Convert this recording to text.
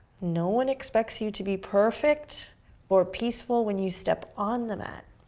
no one expects you to be perfect or peaceful when you step on the mat.